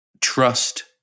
trust